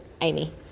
Amy